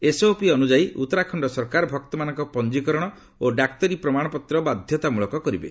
SOP ଅନୁଯାୟୀ ଉତ୍ତରାଖଣ୍ଡ ସରକାର ଭକ୍ତମାନଙ୍କ ପଞ୍ଜିକରଣ ଓ ଡାକ୍ତରୀ ପ୍ରମାଣପତ୍ର ବାଧ୍ୟତାମୂଳକ କରିବେ